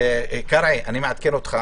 קרעי, אני מעדכן אותך